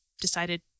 decided